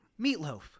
Meatloaf